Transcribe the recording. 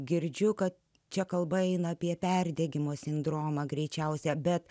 girdžiu kad čia kalba eina apie perdegimo sindromą greičiausia bet